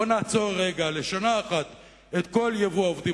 בוא נעצור רגע לשנה אחת את כל ייבוא העובדים